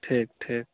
ठीक ठीक